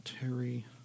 Terry